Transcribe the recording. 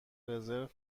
رزرو